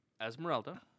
Esmeralda